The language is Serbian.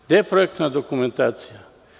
Gde je projektna dokumentacija?